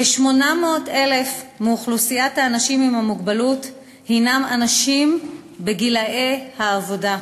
כ-800,000 מאוכלוסיית האנשים עם מוגבלות הנם אנשים בגילי העבודה.